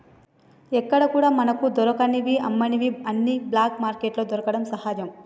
ఎక్కడా కూడా మనకు దొరకని అమ్మనివి అన్ని బ్లాక్ మార్కెట్లో దొరకడం సహజం